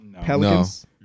Pelicans